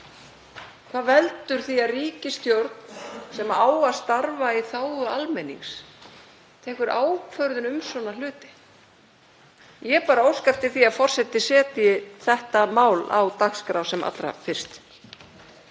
hvað veldur því að ríkisstjórn sem á að starfa í þágu almennings tekur ákvörðun um svona hluti. Ég óska eftir því að forseti setji þetta mál á dagskrá sem allra fyrst.